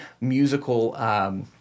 musical